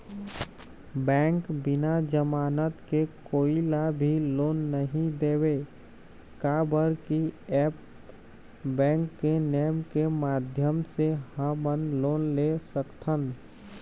Bank बिना जमानत के कोई ला भी लोन नहीं देवे का बर की ऐप बैंक के नेम के माध्यम से हमन लोन ले सकथन?